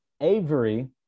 Avery